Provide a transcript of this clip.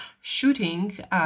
shooting